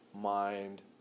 mind